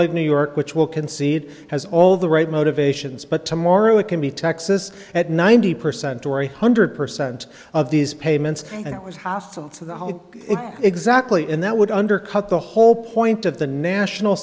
like new york which will concede has all the right motivations but tomorrow it can be texas at ninety percent or a hundred percent of these payments and it was hostile to the how exactly and that would undercut the whole point of the national